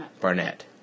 Barnett